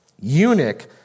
eunuch